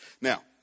Now